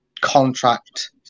contract